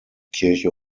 kirche